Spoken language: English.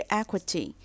equity